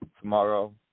tomorrow